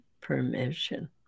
permission